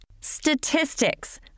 Statistics